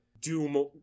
Doom